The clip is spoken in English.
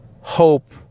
hope